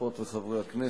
חברות וחברי הכנסת,